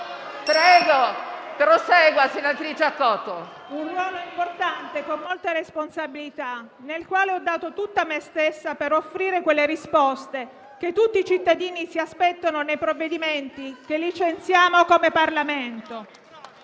un ruolo importante, con molte responsabilità, nel quale ho dato tutta me stessa per offrire le risposte che tutti i cittadini si aspettano nei provvedimenti che licenziamo come Parlamento.